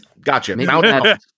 Gotcha